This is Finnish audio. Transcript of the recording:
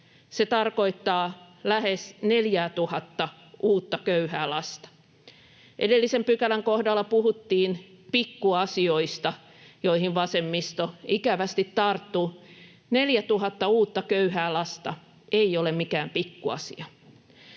Se tarkoittaa lähes 4 000:ta uutta köyhää lasta. Edellisen pykälän kohdalla puhuttiin ”pikkuasioista”, joihin vasemmisto ikävästi tarttui. 4 000 uutta köyhää lasta ei ole mikään pikkuasia.